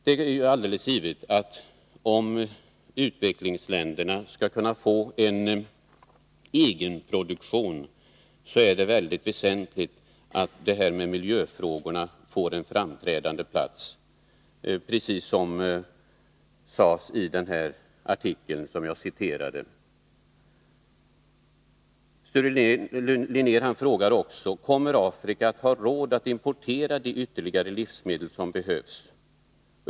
Men det är alldeles givet att för att utvecklingsländerna skall kunna få en egen produktion, så är det väldigt väsentligt att det här med miljöfrågorna får en framträdande plats, precis som det sades i artikeln som jag citerade. Sture Linnér frågar också: ”Kommer Afrika att ha råd att importera de ytterligare livsmedel som behövs?